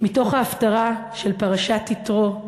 מתוך ההפטרה של פרשת יתרו,